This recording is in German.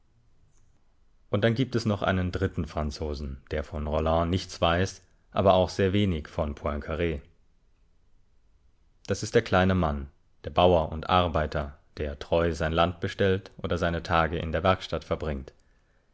und dann gibt es noch einen dritten franzosen der von rolland nichts weiß aber auch sehr wenig von poincar das ist der kleine mann der bauer und arbeiter der treu sein land bestellt oder seine tage in der werkstatt verbringt